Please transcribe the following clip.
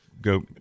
Go